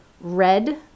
red